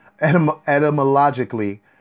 etymologically